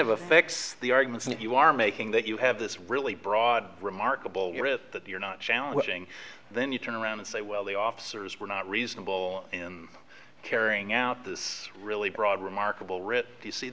of affix the argument you are making that you have this really broad remarkable that you're not challenging then you turn around and say well the officers were not reasonable in carrying out this really broad remarkable writ